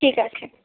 ঠিক আছে